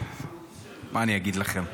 מה אני אגיד לכם.